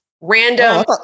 random